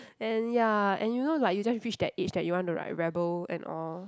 and ya and you know like you just reach that age that you want to right rebel and all